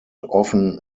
often